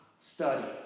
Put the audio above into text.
study